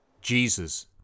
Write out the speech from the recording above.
Jesus